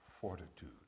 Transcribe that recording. fortitude